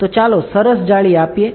તો ચાલો સરસ જાળી આપીએ